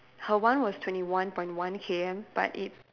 her one was twenty one point one K_M but it